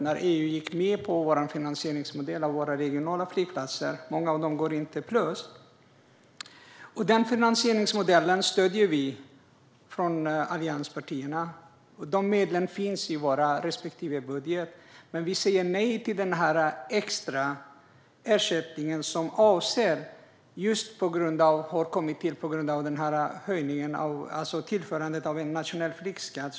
när EU gick med på vår finansieringsmodell för de regionala flygplatserna. Många av dem går inte plus. Den finansieringsmodellen stöder vi i allianspartierna. Medlen finns i våra respektive budgetar. Men vi säger nej till den extra ersättning som har kommit till som en följd av införandet av en nationell flygskatt.